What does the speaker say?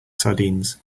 sardines